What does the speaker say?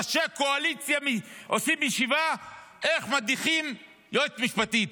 ראשי קואליציה עושים ישיבה איך מדיחים יועצת משפטית.